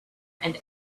and